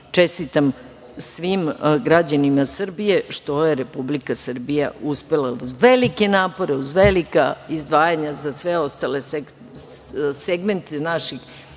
čestitam svim građanima Srbije što je Republika Srbija uspela uz velike napore, uz velika izdvajanja za sve ostale segmente naših